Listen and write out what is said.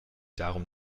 darum